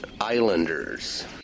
Islanders